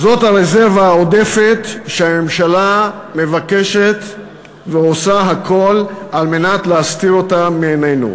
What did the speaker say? זאת הרזרבה העודפת שהממשלה מבקשת ועושה הכול כדי להסתיר אותה מעינינו.